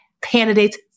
candidates